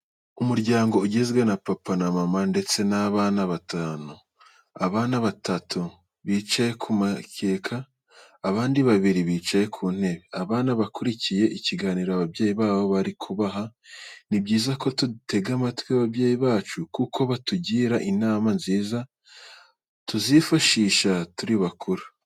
Umuryango ugizwe na papa, mama, ndetse n'abana batanu, abana batatu bicaye ku mukeka, abandi babiri bicaye ku ntebe. Abana bakurikiye ikiganiro ababyeyi babo bari kubaha. Ni byiza ko dutega amatwi ababyeyi bacu, kuko batugira inama nziza tuzifashisha turi bakuru.